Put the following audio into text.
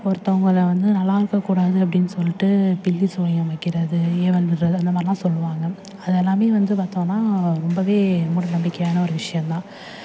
ஒருத்தங்கள வந்து நல்லா இருக்கக்கூடாது அப்படின்னு சொல்லிட்டு பில்லி சூனியம் வைக்கிறது ஏவல் விடுறது அந்த மாதிரில்லாம் சொல்வாங்க அது எல்லாமே வந்து பார்த்தோன்னா ரொம்பவே மூட நம்பிக்கையான ஒரு விஷயம் தான்